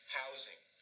housing